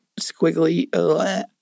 squiggly